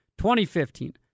2015